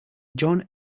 john